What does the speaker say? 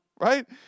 right